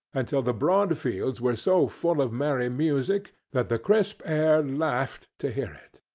until the broad fields were so full of merry music, that the crisp air laughed to hear it!